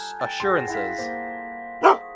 assurances